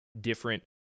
different